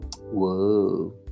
Whoa